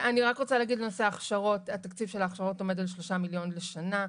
התקציב של ההכשרות עומד על שלושה מיליון לשנה.